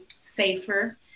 safer